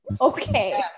Okay